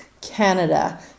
Canada